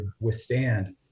withstand